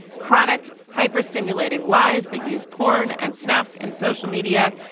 chronic, hyper stimulating lies that use porn and snuff in social media,